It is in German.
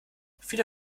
viele